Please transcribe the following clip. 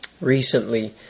recently